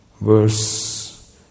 verse